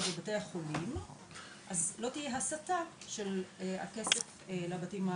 בבתי החולים אז לא תהיה הסטה של הכסף לבתים המאזנים.